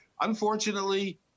unfortunately